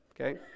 Okay